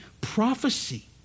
prophecy